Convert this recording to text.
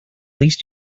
least